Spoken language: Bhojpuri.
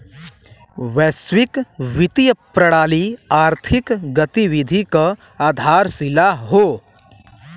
वैश्विक वित्तीय प्रणाली आर्थिक गतिविधि क आधारशिला हौ